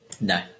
No